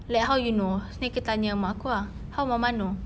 like how you know then kita tanya mak aku ah how mama know